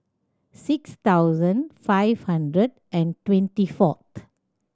six thousand five hundred and twenty fourth